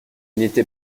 n’était